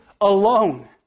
alone